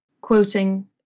quoting